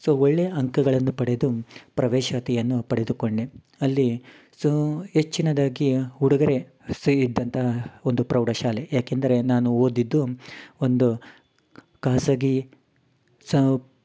so ಒಳ್ಳೆಯ ಅಂಕಗಳನ್ನು ಪಡೆದು ಪ್ರವೇಶಾತಿಯನ್ನು ಪಡೆದುಕೊಂಡೆ ಅಲ್ಲಿ ಸೋ ಹೆಚ್ಚಿನದಾಗಿ ಹುಡುಗರೆ ಸೇರಿದ್ದಂತಹ ಒಂದು ಪ್ರೌಢಶಾಲೆ ಯಾಕೆಂದರೆ ನಾನು ಓದಿದ್ದು ಒಂದು ಖಾಸಗಿ